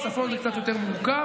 בצפון זה קצת יותר מורכב.